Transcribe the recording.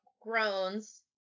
groans